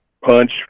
punch